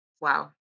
wow